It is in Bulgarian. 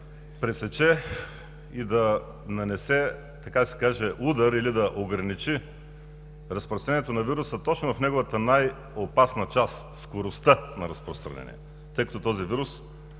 пресече и да нанесе, така да се каже, удар или да ограничи разпространението на вируса точно в неговата най-опасна част – скоростта на разпространение, тъй като този вирус,